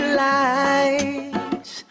lights